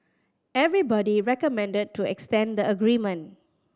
everybody recommended to extend the agreement